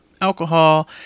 alcohol